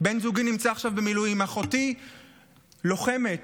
אחותי לוחמת,